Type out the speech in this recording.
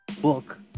book